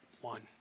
one